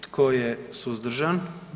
Tko je suzdržan?